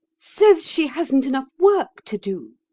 says she hasn't enough work to do.